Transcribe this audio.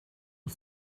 and